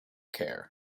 care